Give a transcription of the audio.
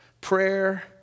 Prayer